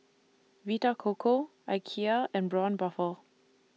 Vita Coco Ikea and Braun Buffel